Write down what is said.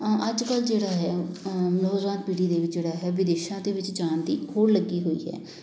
ਅੱਜ ਕੱਲ੍ਹ ਜਿਹੜਾ ਹੈ ਨੌਜਵਾਨ ਪੀੜ੍ਹੀ ਦੇ ਵਿੱਚ ਜਿਹੜਾ ਹੈ ਵਿਦੇਸ਼ਾਂ ਦੇ ਵਿੱਚ ਜਾਣ ਦੀ ਹੂਲ ਲੱਗੀ ਹੋਈ ਹੈ